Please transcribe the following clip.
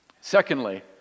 Secondly